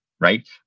Right